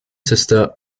sister